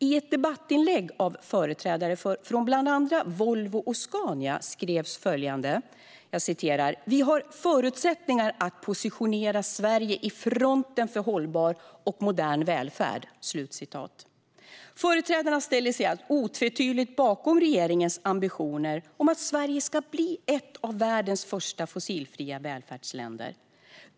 I ett debattinlägg av företrädare från bland andra Volvo och Scania skrevs följande: "Här har vi förutsättningar att positionera Sverige i fronten för hållbar och modern välfärd." Företrädarna ställer sig otvetydigt bakom regeringens ambitioner om att Sverige ska bli ett av världens första fossilfria välfärdsländer.